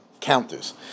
counters